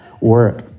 work